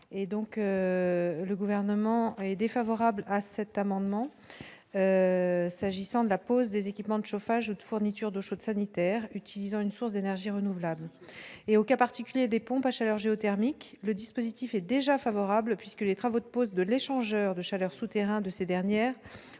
le gouvernement est défavorable à cet amendement. S'agissant de la pose des équipements de chauffage ou de fourniture d'eau chaude sanitaire utilisant une source d'énergie renouvelable et au cas particulier des pompes à chaleur géothermique, le dispositif est déjà favorable puisque les travaux de pose de l'échangeur de chaleur souterrain de ces dernières